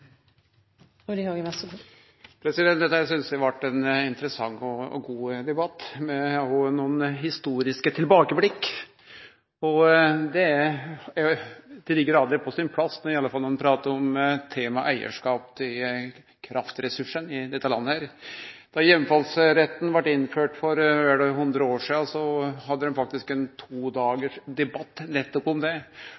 Dette synest eg blei ein interessant og god debatt, med òg nokre historiske tilbakeblikk. Det er svært på sin plass, i alle fall når ein pratar om temaet eigarskap til kraftressursane i dette landet. Da heimfallsretten blei innført for vel 100 år sidan, hadde dei faktisk ein to